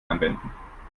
anwenden